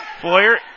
foyer